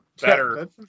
better